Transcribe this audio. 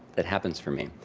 that happens for me.